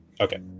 okay